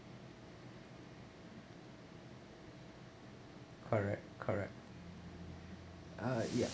correct correct uh ya